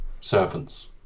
servants